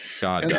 God